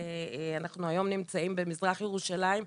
אנחנו היום נמצאים במזרח ירושלים,